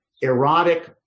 erotic